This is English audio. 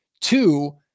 Two